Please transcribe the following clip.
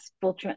full